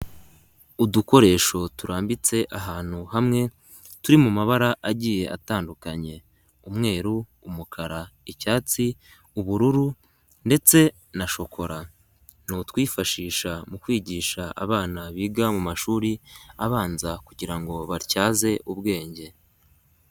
Udukoresho turambitse ahantu hamwe, turi mu mabara agiye atandukanye, umweru, umukara, icyatsi, ubururu ndetse na shokora, ni utwifashishwa mu kwigisha abana biga mu mumashuri abanza, kugirango batyaze ubwenge.